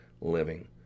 living